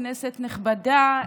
כנסת נכבדה,